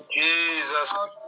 Jesus